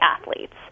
athletes